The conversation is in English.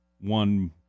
one